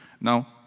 Now